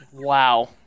Wow